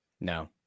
No